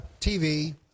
TV